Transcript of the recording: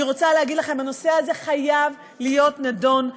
אני רוצה להגיד לכם, הנושא הזה חייב להיות נדון.